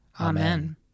Amen